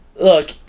look